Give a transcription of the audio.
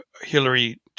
Hillary